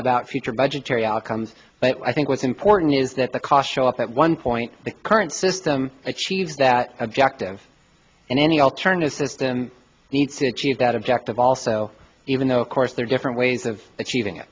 about future budgetary outcomes but i think what's important is that the cost show up at one point the current system if she's that objective in any alternatives and needs to achieve that objective also even though of course there are different ways of achieving